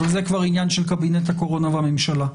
אבל זה כבר עניין של קבינט הקורונה והממשלה.